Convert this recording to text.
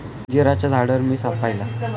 अंजिराच्या झाडावर मी साप पाहिला